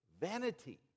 vanity